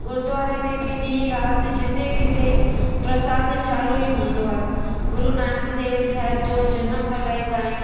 गुरुद्वारे में बि ॾींहं राति जिते किथे प्रसाद चालू ई हूंदो आहे गुरुनानक देव साहिब जो जनम मल्हाईंदा आहियूं